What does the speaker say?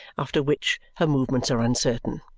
after which her movements are uncertain.